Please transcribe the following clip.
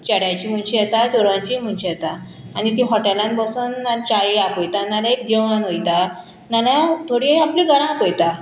चेड्याची मनशां येता चोडवांचींय मनशां येता आनी तीं हॉटेलान बसोन चाये आपयता नाल्यार एक जेवणाक वयता नाल्यार थोडी आपले घरां आपयता